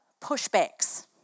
pushbacks